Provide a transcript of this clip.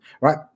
right